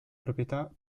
proprietà